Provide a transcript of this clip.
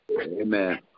Amen